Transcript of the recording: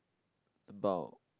about